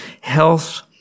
health